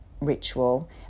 ritual